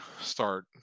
start